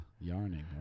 yarning